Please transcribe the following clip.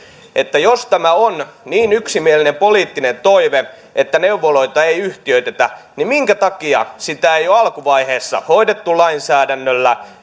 että jos tämä on niin yksimielinen poliittinen toive että neuvoloita ei yhtiöitetä niin minkä takia sitä ei ole alkuvaiheessa hoidettu lainsäädännöllä